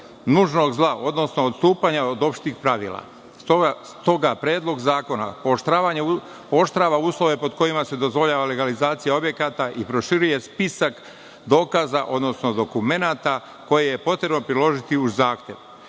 nužnog zla, odnosno odstupanja od opštih pravila. S toga predlog zakona pooštrava uslove pod kojima se dozvoljava legalizacija objekata i proširuje spisak dokaza, odnosno dokumenata koje je potrebno priložiti uz